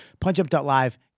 punchup.live